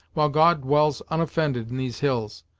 while god dwells unoffended in these hills!